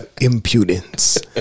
impudence